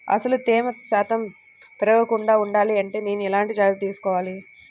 అసలు తేమ శాతం పెరగకుండా వుండాలి అంటే నేను ఎలాంటి జాగ్రత్తలు తీసుకోవాలి?